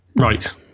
Right